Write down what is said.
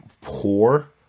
poor